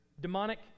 demonic